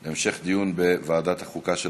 את הנושא לוועדת החוקה,